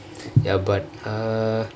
ya but uh